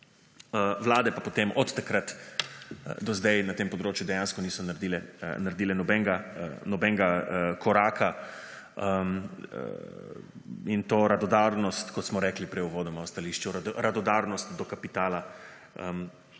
vlade pa potem od takrat do zdaj na tem področju dejansko niso naredile nobenega koraka in to radodarnost, kot smo rekli prej uvodoma v stališču, radodarnost do kapitala